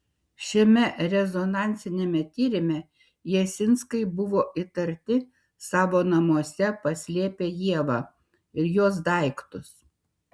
šiame rezonansiniame tyrime jasinskai buvo įtarti savo namuose paslėpę ievą ir jos daiktus